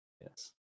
Yes